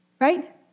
Right